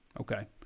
okay